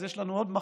יש לנו עוד מחשב,